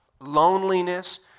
loneliness